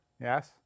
Yes